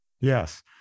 Yes